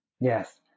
Yes